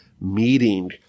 meeting